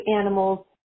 animals